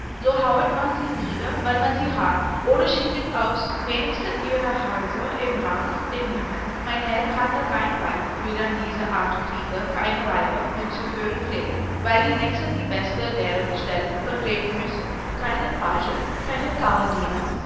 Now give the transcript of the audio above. so hauet man sie nieder wann man sie hat oder schicket aufs wenigste ihre häuser im rauch gen himmel mein herr hatte kein weib wie dann diese art krieger keine weiber mitzuführen pflegen weil die nächste die beste deren stell vertretten müssen keinen page keinen